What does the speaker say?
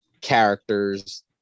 characters